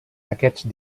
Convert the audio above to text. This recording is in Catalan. aquests